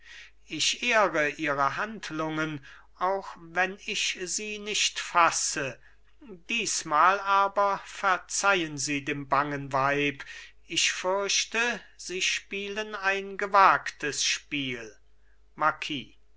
ich ehre ihre handlungen auch wenn ich sie nicht fasse diesmal aber verzeihen sie dem bangen weib ich fürchte sie spielen ein gewagtes spiel marquis